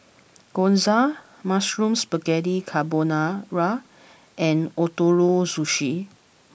Gyoza Mushroom Spaghetti Carbonara and Ootoro Sushi